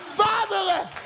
fatherless